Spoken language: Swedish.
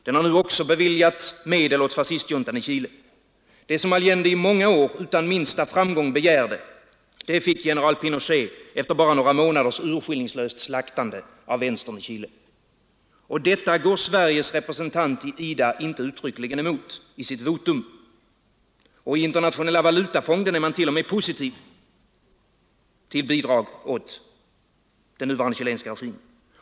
Den har nu också beviljat medel åt fascistjuntan i Chile. Det som Allende i många år utan minsta framgång begärde, det fick general Pinochet efter några månaders urskillningslöst slaktande av vänstern i Chile. Och detta går Sveriges representant i IDA inte uttryckligen emot i sitt votum. Och i Internationella valutafonden är man t.o.m. positiv till bidrag åt den nuvarande chilenska regimen.